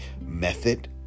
method